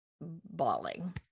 bawling